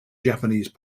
japanese